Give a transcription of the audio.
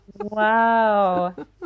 Wow